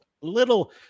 little